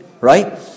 right